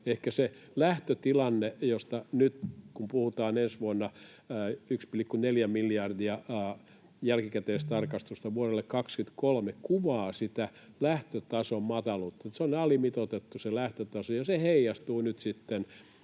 Ehkä se lähtötilanne, kun puhutaan, että ensi vuonna on 1,4 miljardia jälkikäteistarkastusta vuodelle 23, kuvaa sitä lähtötason mataluutta, eli se on alimitoitettu ja se heijastuu nyt sitten